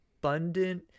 abundant